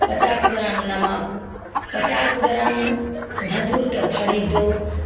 पचास ग्राम नमक पचास ग्राम धतूरे के फली जो